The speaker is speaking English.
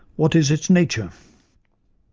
what is its nature.